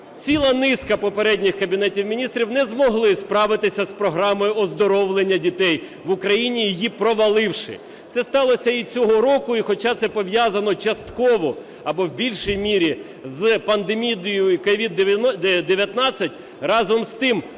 ціла низка попередніх Кабінетів Міністрів не змогли справитися з програмою оздоровлення дітей в Україні, її проваливши. Це сталося і цього року, і хоча це пов'язане частково або в більшій мірі з пандемією COVID-19, разом з тим